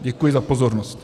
Děkuji za pozornost.